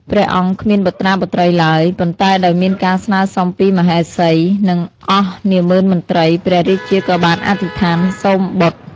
ព្រះអង្គគ្មានបុត្រាបុត្រីឡើយ ប៉ុន្តែដោយមានការស្នើសុំពីមហេសី និងអស់នាម៉ឺនមន្ត្រី ព្រះរាជាក៏បានអធិដ្ឋានសូមបុត្រ។